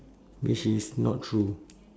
which is not true